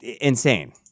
insane